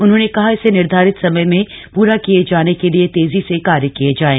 उन्होंने कहा कि इसे निर्धारित समय में पूरा किए जाने के लिए तेजी से कार्य किए जाएं